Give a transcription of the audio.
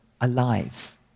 alive